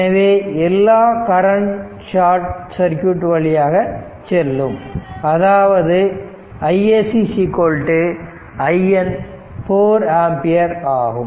எனவே எல்லா கரண்டும் ஷார்ட் சர்க்யூட் வழியாக செல்லும் அதாவது iSC IN 4 ஆம்பியர் ஆகும்